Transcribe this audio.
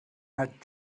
had